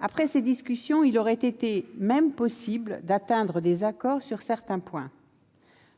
Après ces discussions, il aurait même été possible d'atteindre un accord sur certains points.